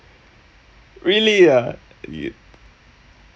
really ah